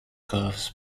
curves